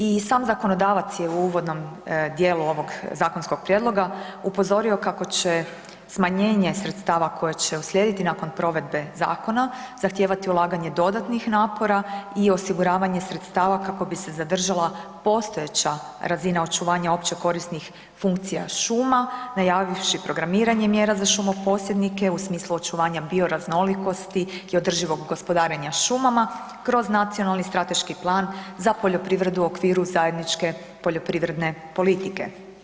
I sam zakonodavac je u uvodnom dijelu ovog zakonskog prijedloga upozorio kako će smanjenje sredstava koje će uslijediti nakon provedbe zakona zahtijevati ulaganje dodatnih napora i osiguravanje sredstava kako bi se zadržala postojeća razina očuvanja općekorisnih funkcija šuma najavivši programiranje mjera za šumoposjednike u smislu očuvanja bioraznolikosti i održivog gospodarenja šumama kroz nacionalni i strateški plan za poljoprivredu u okviru zajedničke poljoprivredne politike.